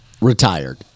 retired